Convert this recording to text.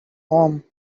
home